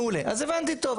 אז הבנתי טוב.